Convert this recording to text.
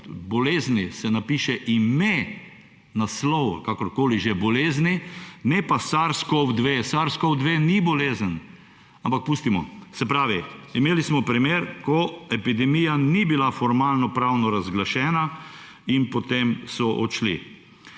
bolezni, se napiše ime, naslov ali kakorkoli že bolezni, ne pa SARS-CoV-2. SARS-CoV-2 ni bolezen, ampak pustimo. Se pravi, imeli smo primer, ko epidemija ni bila formalnopravno razglašena in potem so odšli.